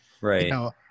Right